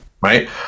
right